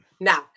Now